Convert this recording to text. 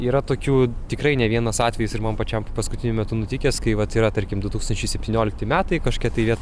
yra tokių tikrai ne vienas atvejis ir man pačiam paskutiniu metu nutikęs kai vat yra tarkim du tūkstančiai septyniolikti metai kažkokia tai vieta